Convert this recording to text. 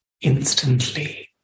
instantly